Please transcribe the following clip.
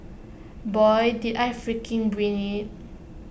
boy did I freaking bring IT